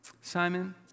Simon